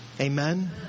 Amen